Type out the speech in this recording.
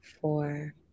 four